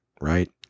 right